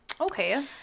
Okay